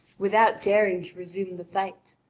without daring to resume the fight.